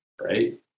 right